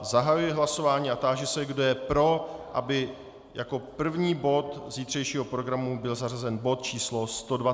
Zahajuji hlasování a táži se, kdo je pro, aby jako první bod zítřejšího programu byl zařazen bod číslo 120.